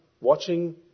watching